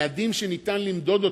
יעדים שניתן למדוד אותם,